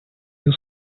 you